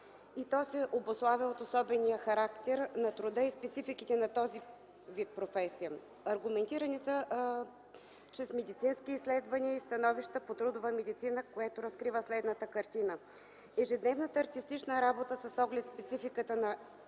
и се обуславя от особения характер и специфики на този вид професия. Аргументирани са чрез медицински изследвания и становища по трудовата медицина, които разкриват следната картина. Ежедневната артистична работа с оглед спецификата на